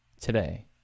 today